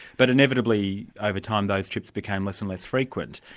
but inevitably over time, those trips became less and less frequent,